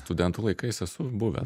studentų laikais esu buvęs